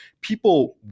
people